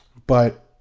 but,